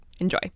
Enjoy